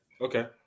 okay